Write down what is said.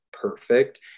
perfect